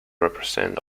represent